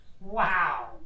Wow